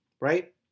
right